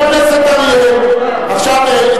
עכשיו,